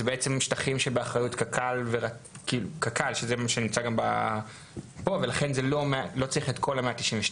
זה למעשה השטחים שהם באחריות קק"ל ולכן לא צריך את כל ה-192.